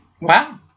Wow